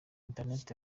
internet